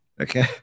Okay